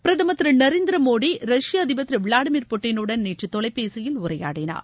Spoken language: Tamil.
பிரதமர் திரு நரேந்திர மோடி ரஷ்ய அதிபர் திரு விளாடிமிர் புட்டினுடன் நேற்று தொலைபேசியில் உரையாடினார்